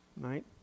Right